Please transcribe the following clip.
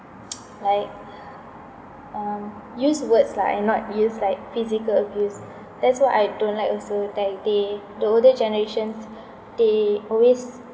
like um use words lah and not use like physical abuse that's what I don't like also they they the older generations they always